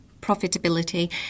profitability